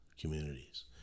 communities